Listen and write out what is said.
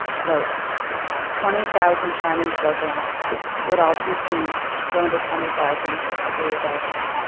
quote twenty thousand charming children would all too soon grow into twenty thousand ugly adults.